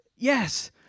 Yes